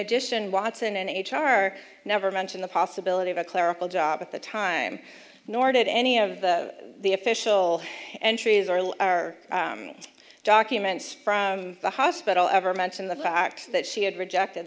addition watson and h r never mentioned the possibility of a clerical job at the time nor did any of the official entries are all our documents from the hospital ever mention the fact that she had rejected